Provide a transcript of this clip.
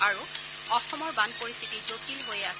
আৰু অসমৰ বান পৰিস্থিতি জটিল হৈয়েই আছে